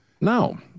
no